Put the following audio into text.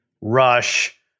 rush